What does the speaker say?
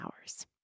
hours